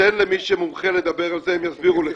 טוב, תן למומחים לנושא לדבר על זה, הם יסבירו לך.